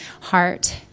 heart